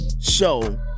show